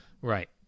Right